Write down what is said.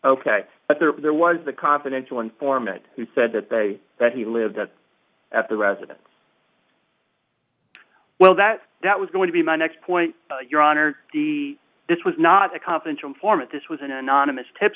ok but there there was the confidential informant who said that they that he lived at the residence well that that was going to be my next point your honor this was not a confidential informant this was an anonymous tip